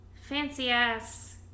fancy-ass